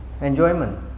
Enjoyment